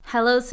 Hello